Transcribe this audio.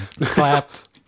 clapped